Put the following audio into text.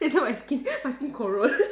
later my skin my skin corrode